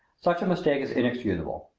such a mistake is inexcusable.